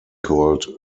called